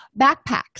backpacks